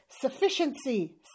sufficiency